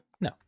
No